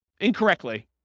incorrectly